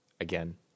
Again